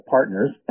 Partners